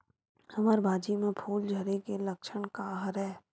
हमर भाजी म फूल झारे के लक्षण का हरय?